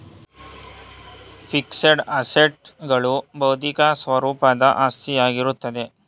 fixed assets ಗಳು ಬೌದ್ಧಿಕ ಸ್ವರೂಪದ ಆಸ್ತಿಯಾಗಿರುತ್ತೆ